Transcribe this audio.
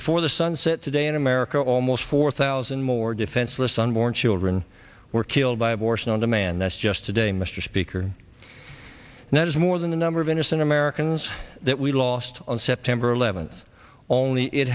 before the sun set today in america almost four thousand more defenseless unborn children were killed by abortion on demand that's just today mr speaker and that is more than the number of innocent americans that we lost on september eleventh only it